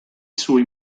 suoi